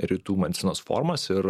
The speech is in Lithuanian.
rytų medicinos formas ir